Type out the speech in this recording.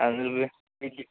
అందులో విజి